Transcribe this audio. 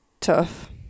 tough